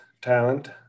talent